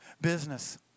business